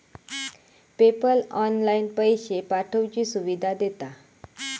PayPal online पैशे पाठवुची सुविधा देता